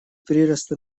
прироста